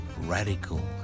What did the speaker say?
radical